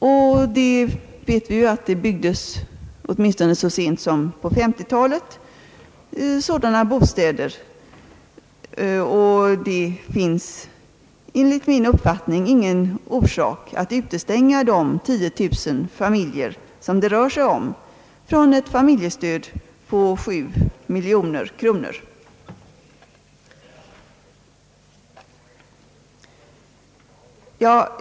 Vi vet att sådana bostäder byggdes åtminstone så sent som på 1950-talet, och det finns enligt min uppfattning ingen orsak att utestänga de 10000 familjer, som det rör sig om, från ett familjestöd på 7 miljoner kronor.